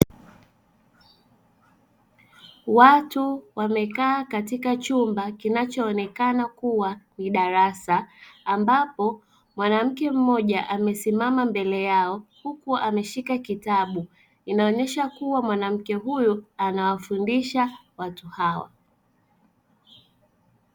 Watu wamekaa katika chumba kinachoonekana kuwa ni darasa ambapo mwanamke mmoja amesimama mbele yao huku ameshika kitabu inaonyesha kuwa mwanamke huyo anawafundisha watu hawa.